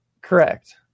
Correct